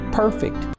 perfect